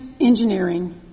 engineering